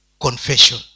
confession